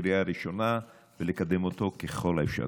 בקריאה הראשונה ולקדם אותו ככל האפשר.